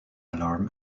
alarm